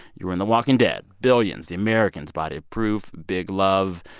you were in the walking dead, billions, the americans, body of proof, big love,